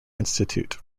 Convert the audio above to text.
institute